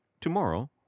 Tomorrow